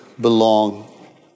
belong